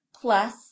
plus